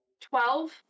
Twelve